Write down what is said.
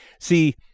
See